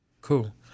Cool